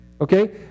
okay